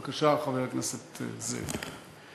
בבקשה, חבר הכנסת זאב.